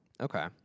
Okay